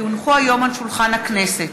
כי הונחו היום על שולחן הכנסת,